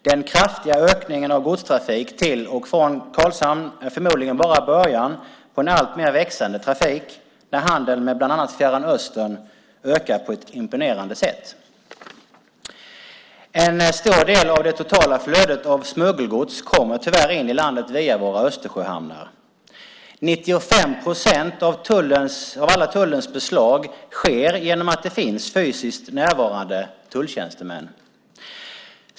Den kraftiga ökningen av godstrafik till och från Karlshamn är förmodligen bara början på en alltmer växande trafik när handeln med bland annat Fjärran östern ökar på ett imponerande sätt. En stor del av det totala flödet av smuggelgods kommer tyvärr in i landet via våra Östersjöhamnar. 95 procent av alla tullens beslag sker genom att det finns fysiskt närvarande tulltjänstemän.